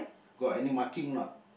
got any marking not